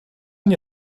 nie